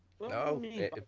No